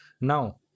Now